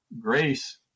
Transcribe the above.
grace